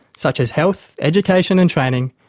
such as health, education and training,